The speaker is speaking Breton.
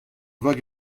vag